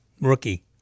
Rookie